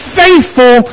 faithful